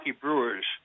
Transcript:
Brewers